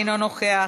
אינו נוכח,